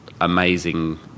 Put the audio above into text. amazing